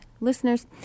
listeners